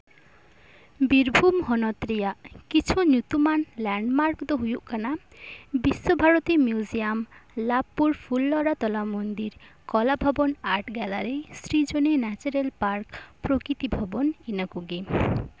ᱵᱤᱨᱵᱷᱩᱢ ᱦᱚᱱᱚᱛ ᱨᱮᱭᱟᱜ ᱠᱤᱪᱷᱩ ᱧᱩᱛᱩᱢᱟᱱ ᱞᱮᱱᱰᱢᱟᱨᱠ ᱫᱚ ᱦᱩᱭᱩᱜ ᱠᱟᱱᱟ ᱵᱤᱥᱥᱚᱵᱷᱟᱨᱚᱛᱤ ᱢᱤᱭᱩᱡᱤᱭᱟᱢ ᱞᱟᱵᱷᱯᱩᱨ ᱯᱷᱩᱞᱞᱚᱨᱟ ᱛᱚᱞᱟ ᱢᱚᱱᱫᱤᱨ ᱠᱚᱞᱟ ᱵᱷᱚᱵᱚᱱ ᱟᱨᱴ ᱜᱮᱞᱟᱨᱤ ᱥᱨᱤᱡᱚᱱᱤ ᱱᱮᱪᱟᱨᱮᱞ ᱯᱟᱨᱠ ᱯᱨᱚᱠᱨᱤᱛᱤ ᱵᱷᱚᱵᱚᱱ ᱤᱱᱟᱹ ᱠᱚᱜᱮ